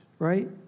Right